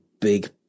big